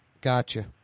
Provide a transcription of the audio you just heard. Gotcha